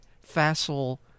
facile